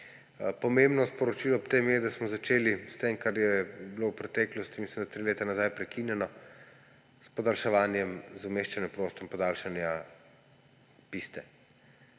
Pomembno sporočilo ob tem je, da smo začeli s tem, kar je bilo v preteklosti – mislim, da tri leta nazaj – prekinjeno, z umeščanjem v prostor podaljšanje piste.